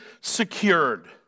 secured